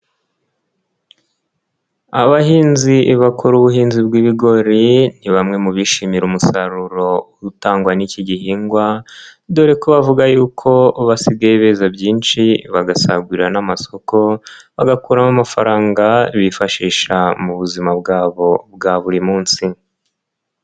Abahinzi bakora ubuhinzi bw'ibigori, ni bamwe mu bishimira umusaruro utangwa n'iki gihingwa, dore ko bavuga yuko basigaye beza byinshi bagasagurira n'amasoko, bagakuramo amafaranga bifashisha mu buzima bwabo bwa buri munsi.